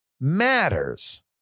matters